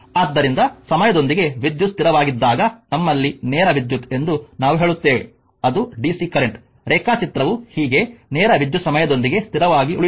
ಆದ್ದರಿಂದ ಸಮಯದೊಂದಿಗೆ ವಿದ್ಯುತ್ ಸ್ಥಿರವಾಗಿದ್ದಾಗ ನಮ್ಮಲ್ಲಿ ನೇರ ವಿದ್ಯುತ್ ಎಂದು ನಾವು ಹೇಳುತ್ತೇವೆ ಅದು ಡಿಸಿ ಕರೆಂಟ್ ರೇಖಾಚಿತ್ರವು ಹೀಗೆ ನೇರ ವಿದ್ಯುತ್ ಸಮಯದೊಂದಿಗೆ ಸ್ಥಿರವಾಗಿ ಉಳಿಯುತ್ತದೆ